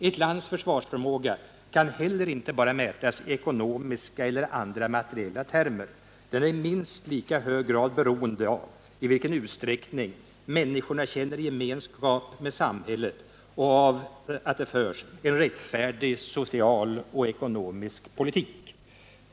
Ett lands försvarsförmåga kan heller inte bara mätas i ekonomiska eller andra materiella termer. Den är i minst lika hög grad beroende av i vilken utsträckning människorna känner gemenskap med samhället och av att det förs en rättfärdig social och ekonomisk politik.